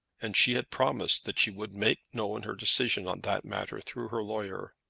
and she had promised that she would make known her decision on that matter through her lawyer.